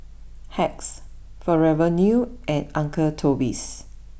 Hacks forever new and Uncle Toby's